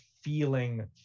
feeling